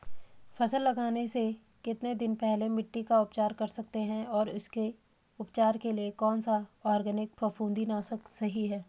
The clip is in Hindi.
फसल लगाने से कितने दिन पहले मिट्टी का उपचार कर सकते हैं और उसके उपचार के लिए कौन सा ऑर्गैनिक फफूंदी नाशक सही है?